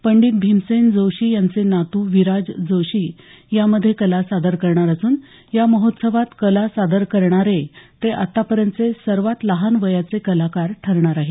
पंडित भीमसेन जोशी यांचे नातू विराज जोशी यामध्ये कला सादर करणार असून या महोत्सवात कला सादर करणारे ते आतापर्यंतचे सर्वात लहान वयाचे कलाकार ठरणार आहेत